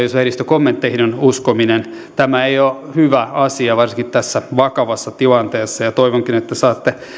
jos lehdistön kommentteihin on uskominen tämä ei ole hyvä asia varsinkaan tässä vakavassa tilanteessa ja toivonkin että saatte